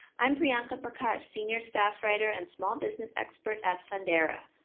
i'm priyanka prakash, senior staff writer and small business expert at fundera.